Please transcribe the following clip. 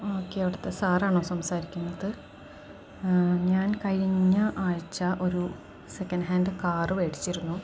okay അവിടുത്തെ സാറാണോ സംസാരിക്കുന്നത് ഞാൻ കഴിഞ്ഞ ആഴ്ച ഒരു സെക്കൻഡ് ഹാൻഡ് കാര് വാങ്ങിയിരുന്നു